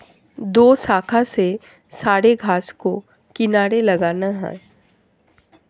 दोशाखा से सारे घास को किनारे लगाना है